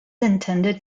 intended